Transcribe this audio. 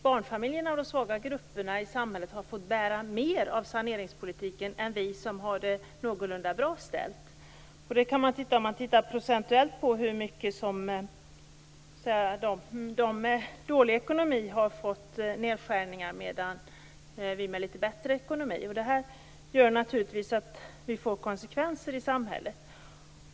Barnfamiljerna och de svaga grupperna i samhället har fått bära mer av saneringspolitiken än vi som har det någorlunda bra ställt. Det kan man se om man tittar på hur mycket de med dålig ekonomi procentuellt har drabbats av nedskärningar jämfört med oss som har litet bättre ekonomi. Detta leder naturligtvis till konsekvenser i samhället.